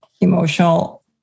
emotional